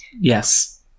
Yes